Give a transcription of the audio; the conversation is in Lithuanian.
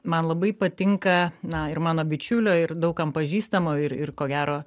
man labai patinka na ir mano bičiulio ir daug kam pažįstamo ir ir ko gero